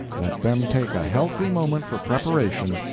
let them take a healthy moment for preparation,